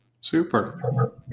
Super